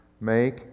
Make